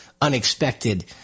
unexpected